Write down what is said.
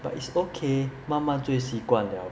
but it's okay 慢慢就回习惯了